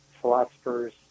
philosophers